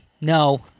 No